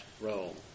role